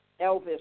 Elvis